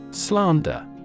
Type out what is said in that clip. Slander